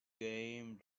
game